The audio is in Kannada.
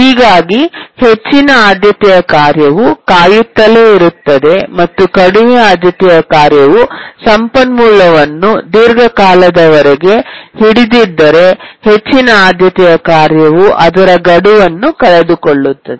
ಹೀಗಾಗಿ ಹೆಚ್ಚಿನ ಆದ್ಯತೆಯ ಕಾರ್ಯವು ಕಾಯುತ್ತಲೇ ಇರುತ್ತದೆ ಮತ್ತು ಕಡಿಮೆ ಆದ್ಯತೆಯ ಕಾರ್ಯವು ಸಂಪನ್ಮೂಲವನ್ನು ದೀರ್ಘಕಾಲದವರೆಗೆ ಹಿಡಿದಿದ್ದರೆ ಹೆಚ್ಚಿನ ಆದ್ಯತೆಯ ಕಾರ್ಯವು ಅದರ ಗಡುವನ್ನು ಕಳೆದುಕೊಳ್ಳಲಿದೆ